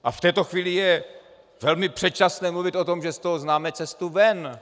A v této chvíli je velmi předčasné mluvit o tom, že z toho známe cestu ven.